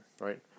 Right